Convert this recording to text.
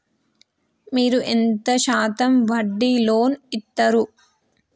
మీరు ఎంత శాతం వడ్డీ లోన్ ఇత్తరు?